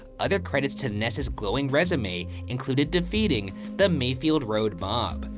other credits to ness's glowing resume included defeating the mayfield road mob,